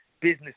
business